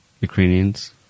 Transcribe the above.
Ukrainians